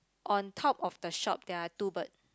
on top of the shop there are two bird